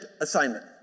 assignment